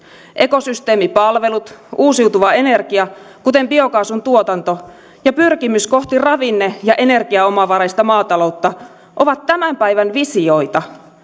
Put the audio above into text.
ekosysteemipalvelut uusiutuvan energian kuten biokaasun tuotanto ja pyrkimys kohti ravinne ja energiaomavaraista maataloutta ovat tämän päivän visioita